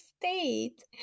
state